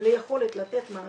הוא נכנס לבסיס התקציב, כן.